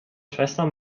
schwester